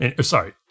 Sorry